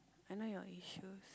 I know your issues